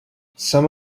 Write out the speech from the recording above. some